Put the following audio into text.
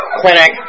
clinic